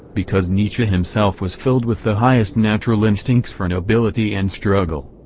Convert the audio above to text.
because nietzsche himself was filled with the highest natural instincts for nobility and struggle.